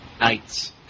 nights